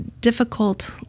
difficult